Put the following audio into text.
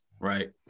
right